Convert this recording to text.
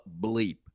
bleep